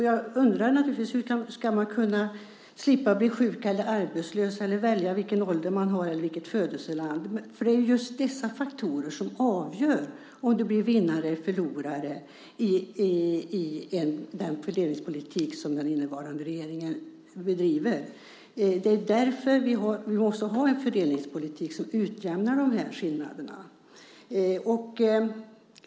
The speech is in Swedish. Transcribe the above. Jag undrar naturligtvis hur man ska kunna slippa bli sjuk eller arbetslös, välja vilken ålder man har eller vilket födelseland. Det är just dessa faktorer som avgör om du blir vinnare eller förlorare i den fördelningspolitik som den nuvarande regeringen bedriver. Det är därför vi måste ha en fördelningspolitik som utjämnar de här skillnaderna.